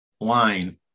line